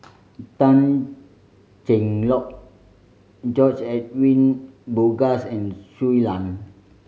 Tan Cheng Lock George Edwin Bogaars and Shui Lan